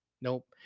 nope